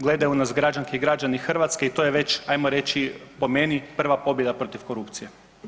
Gledaju nas građanke i građani Hrvatske i to je već hajmo reći po meni prva pobjeda protiv korupcije.